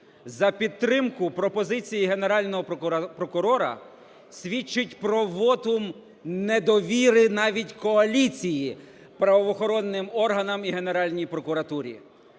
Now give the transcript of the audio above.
за підтримку пропозиції Генерального прокурора, свідчить про вотум недовіри навіть коаліції правоохоронним органам і Генеральній прокуратурі.